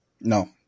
No